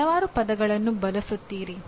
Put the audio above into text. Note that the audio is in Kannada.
ಹಲವಾರು ಪದಗಳನ್ನು ಬಳಸುತ್ತೀರಿ